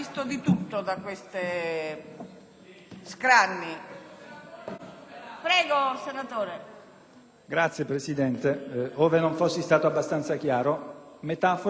signora Presidente. Ove non fossi stato abbastanza chiaro, ripeto: metafora di una galera sociale.